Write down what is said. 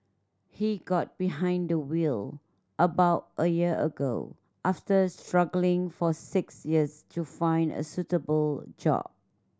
he got behind the wheel about a year ago after struggling for six years to find a suitable job